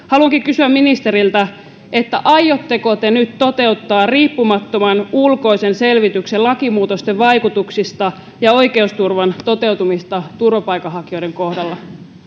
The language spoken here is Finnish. haluankin kysyä ministeriltä aiotteko te nyt toteuttaa riippumattoman ulkoisen selvityksen lakimuutosten vaikutuksista ja oikeusturvan toteutumisesta turvapaikanhakijoiden kohdalla